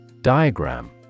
Diagram